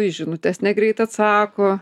į žinutes negreit atsako